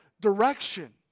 direction